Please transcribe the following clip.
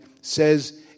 says